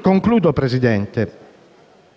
Signora Presidente,